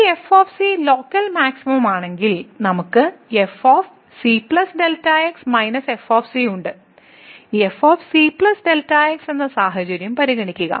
ഈ f local maximum ആണെങ്കിൽ നമുക്ക് f c Δx f ഉണ്ട് f c Δx എന്ന സാഹചര്യം പരിഗണിക്കുക